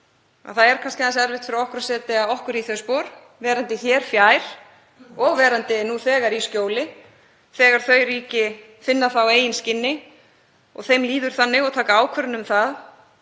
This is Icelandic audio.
er kannski erfitt fyrir okkur að setja okkur í þau spor, verandi hér fjær og nú þegar í skjóli, þegar þau ríki finna það á eigin skinni. Þeim líður þannig og taka ákvörðun um það